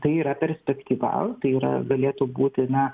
tai yra perspektyva tai yra galėtų būti na